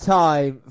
time